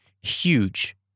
huge